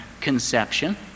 conception